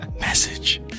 message